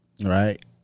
right